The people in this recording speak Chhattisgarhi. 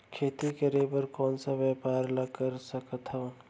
खेती करे बर कोन से व्यापार ला कर सकथन?